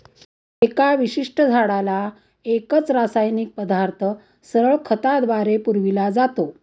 एका विशिष्ट झाडाला एकच रासायनिक पदार्थ सरळ खताद्वारे पुरविला जातो